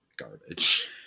garbage